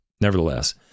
Nevertheless